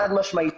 חד משמעית.